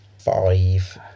five